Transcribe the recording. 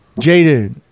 jaden